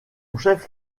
chef